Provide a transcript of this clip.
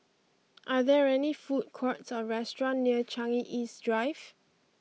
are there any food courts or restaurants near Changi East Drive